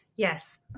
Yes